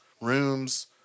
rooms